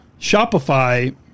Shopify